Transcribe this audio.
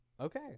okay